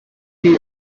chi